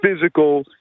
physical